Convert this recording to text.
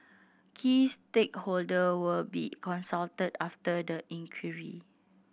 key stakeholder will also be consulted after the inquiry